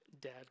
Dad